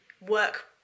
work